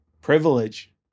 privilege